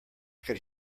could